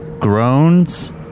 Groans